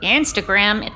instagram